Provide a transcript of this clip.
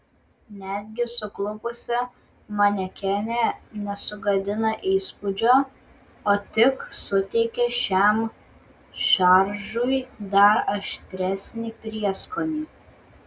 netgi suklupusi manekenė nesugadina įspūdžio o tik suteikia šiam šaržui dar aštresnį prieskonį